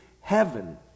heaven